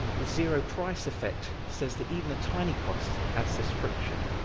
zero-price effect says that, even a tiny cost, adds this friction.